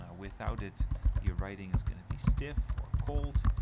ah without it your writing is going to be stiff or cold,